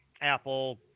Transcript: Apple